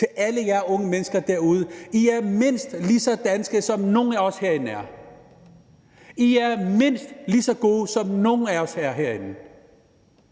til alle jer unge mennesker derude: I er mindst lige så danske som nogen af os herinde. I er mindst lige så gode, som nogen af os herinde er.